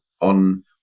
on